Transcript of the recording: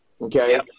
Okay